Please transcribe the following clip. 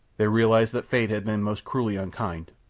they realized that fate had been most cruelly unkind,